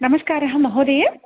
नमस्कारः महोदय